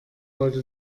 wollte